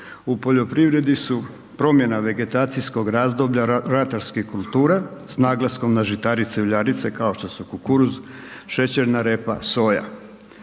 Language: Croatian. u poljoprivredi su promjena vegetacijskog razdoblja ratarskih kultura s naglaskom na žitarice uljarice kao što su kukuruz, šećerna repa, soja.